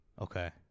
Okay